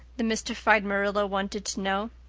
the mystified marilla wanted to know.